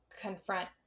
confront